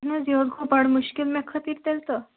اہن حظ یہِ حظ گوٚو بَڈٕ مُشکِل مےٚ خٲطرٕ تیٚلہِ تہٕ